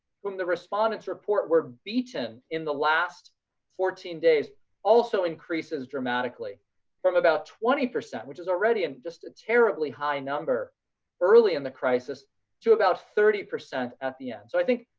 whom the respondents report were beaten in the last fourteen days also increases dramatically from about twenty, which is already, and just a terribly high number early in the crisis to about thirty percent at the end. so i think,